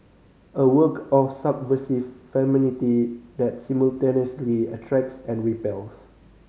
a work of subversive femininity that simultaneously attracts and repels